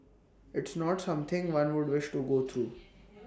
it's not something one would wish to go through